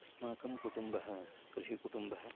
अस्माकं कुटुम्बः कृषिकुटुम्बः